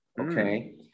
okay